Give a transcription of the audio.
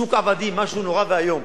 שוק עבדים, משהו נורא ואיום.